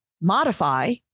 modify